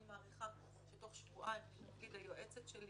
אני מעריכה שתוך שבועיים - היועצת שלי